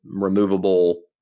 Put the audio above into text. removable